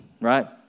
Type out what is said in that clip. right